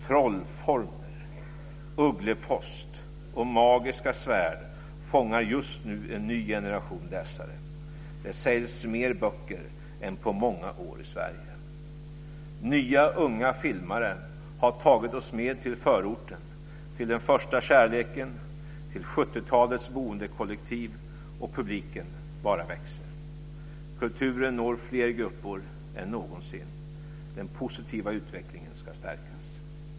Trollformler, ugglepost och magiska svärd fångar just nu en ny generation läsare. Det säljs mer böcker än på många år i Sverige. Nya unga filmare har tagit oss med till förorten, till den första kärleken, till 70-talets boendekollektiv, och publiken bara växer. Kulturen når fler grupper än någonsin. Den positiva utvecklingen ska stärkas.